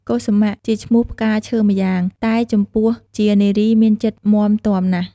កុសុមៈ ជាឈ្មោះផ្កាឈើម្យ៉ាង តែចំពោះជានារីមានចិត្តមាំទាំណាស់។